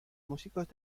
músicos